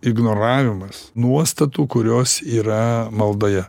ignoravimas nuostatų kurios yra maldoje